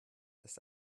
ist